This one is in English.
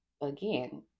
again